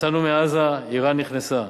יצאנו מעזה, אירן נכנסה,